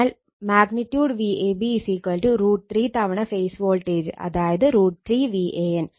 അതിനാൽ |Vab| √3 തവണ phase voltage അതായത് √ 3 Van